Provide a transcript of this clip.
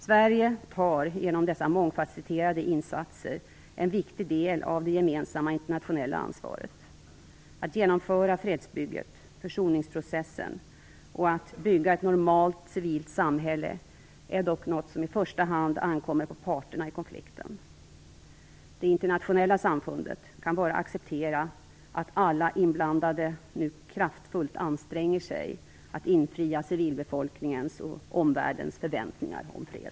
Sverige tar, genom dessa mångfasetterade insatser, en viktig del av det gemensamma internationella ansvaret. Att genomföra fredsbygget och försoningsprocessen, och att bygga ett normalt, civilt samhälle är dock något som i första hand ankommer på parterna i konflikten. Det internationella samfundet kan bara acceptera att alla inblandade nu kraftfullt anstränger sig att infria civilbefolkningens och omvärldens förväntningar på fred.